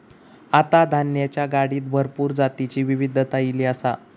आता धान्याच्या गाडीत भरपूर जातीची विविधता ईली आसा